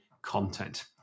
content